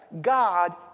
God